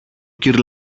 κυρ